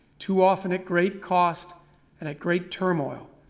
too often at great costs and at great turmoil.